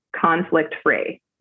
conflict-free